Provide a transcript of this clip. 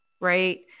right